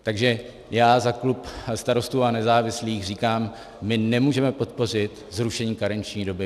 Takže já za klub Starostů a nezávislých říkám, my nemůžeme podpořit zrušení karenční doby.